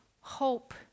hope